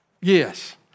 yes